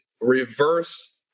reverse